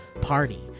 party